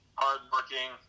hardworking